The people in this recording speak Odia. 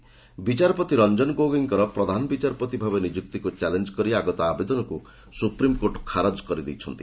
ଏସ୍ସି ଗୋଗୋଇ ବିଚାରପତି ରଞ୍ଜନ ଗୋଗୋଇଙ୍କର ପ୍ରଧାନ ବିଚାରପତି ଭାବେ ନିଯୁକ୍ତିକୁ ଚ୍ୟାଲେଞ୍ଜ କରି ଆଗତ ଆବେଦନକୁ ସୁପ୍ରିମ୍କୋର୍ଟ ଖାରଜ କରିଦେଇଛନ୍ତି